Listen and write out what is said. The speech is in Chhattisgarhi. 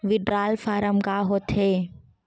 विड्राल फारम का होथेय